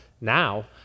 now